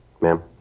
Ma'am